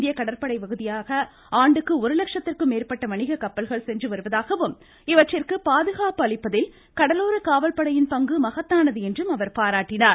இந்திய கடற்பகுதி வழியாக ஆண்டுக்கு ஒரு லட்சத்திற்கும் மேற்பட்ட வணிக கப்பல்கள் சென்று வருவதாகவும் இவற்றிற்கு பாதுகாப்பு அளிப்பதில் கடலோர காவல்படையின் பங்கு மகத்தானது என்றும் பாராட்டினார்